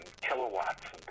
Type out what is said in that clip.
kilowatts